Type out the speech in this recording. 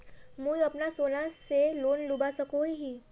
मुई अपना सोना से लोन लुबा सकोहो ही?